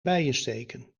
bijensteken